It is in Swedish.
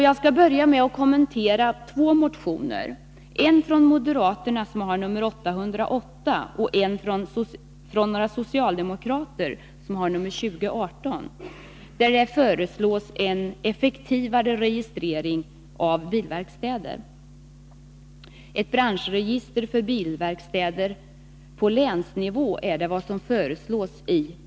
Jag skall börja med att kommentera två motioner, en från moderaterna, nr 808, och en från några socialdemokrater, nr 2018, där det föreslås en effektivare registrering av bilverkstäder. Ett branschregister för bilverkstäder på länsnivå vill motionärerna ha.